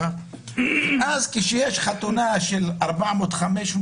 ואז כשיש חתונה על 500-400,